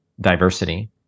diversity